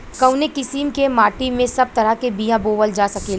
कवने किसीम के माटी में सब तरह के बिया बोवल जा सकेला?